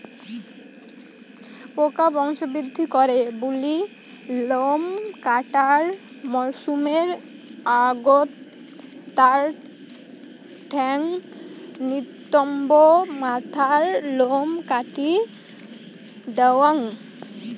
পোকা বংশবৃদ্ধি করে বুলি লোম কাটার মরসুমের আগত তার ঠ্যাঙ, নিতম্ব, মাথার লোম কাটি দ্যাওয়াং